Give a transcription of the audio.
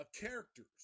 characters